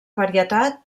varietat